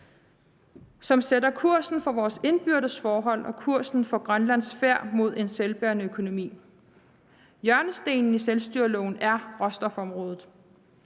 som sætter kursen for vores indbyrdes forhold og kursen for Grønlands færd mod en selvbærende økonomi. Hjørnestenen i selvstyreloven er råstofområdet.